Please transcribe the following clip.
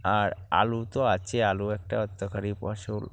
আর আলু তো আছে আলু একটা অর্থকরী ফসল